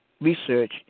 Research